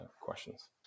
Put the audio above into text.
questions